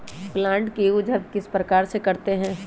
Plant का use हम किस प्रकार से करते हैं?